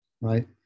right